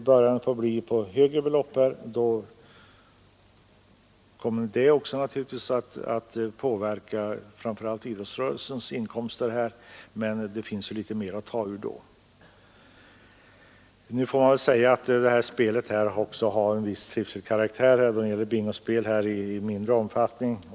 När det blir tal om högre summor blir det naturligvis framför allt idrottsrörelsens inkomster som påverkas, men det finns ju litet mer att ta av där. Bingospelet har också en viss trivselkaraktär, åtminstone när det bedrivs i mindre omfattning.